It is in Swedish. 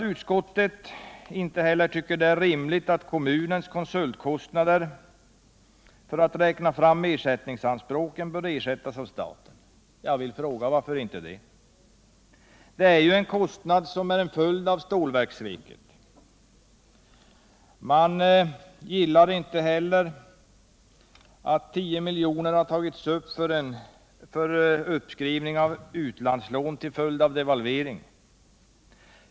Utskottet tycker inte det är rimligt att kommunens konsultkostnader för att räkna fram ersättningsanspråken ersätts av staten. Varför inte det? Det är ju en kostnad som också är en följd av stålverkssveket. Man gillar inte heller att tio miljoner har tagits upp för uppskrivning av utlandslån till följd av devalvering.